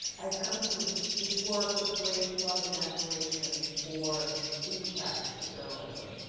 i've come to this work with great love and admiration for the practice of journalism.